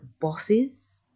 bosses